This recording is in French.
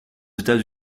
états